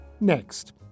Next